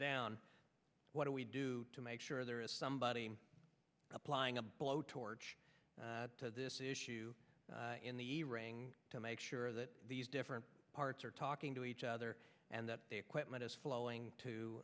down what do we do to make sure there is somebody applying a blowtorch to this issue in the ring to make sure that these different parts are talking to each other and that the equipment is flowing to